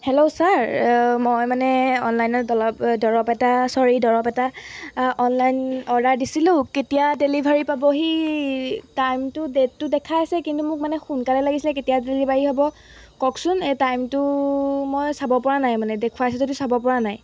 hello sir মই মানে অনলাইনত দল দৰৱ এটা চৰি দৰৱ এটা অনলাইন অৰ্ডাৰ দিছিলোঁ কেতিয়া ডেলিভাৰী পাবহি টাইমটো ডেটটো দেখাই আছে কিন্তু মোক মানে সোনকালে লাগিছিলে কেতিয়া ডেলিভাৰী হ'ব কওকচোন এই টাইমটো মই চাব পৰা নাই মানে দেখুৱাইছে যদি চাব পৰা নাই